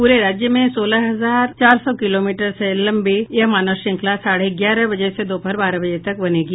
पूरे राज्य में सोलह हजार चार सौ किलोमीटर से अधिक लम्बी यह मानव श्रृंखला सूबह साढ़े ग्यारह बजे से दोपहर बारह बजे तक बनेगी